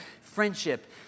friendship